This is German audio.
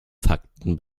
fakten